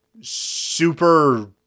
super